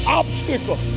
obstacle